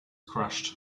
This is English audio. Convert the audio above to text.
crashed